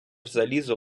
залізо